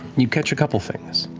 you catch a couple things.